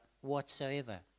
whatsoever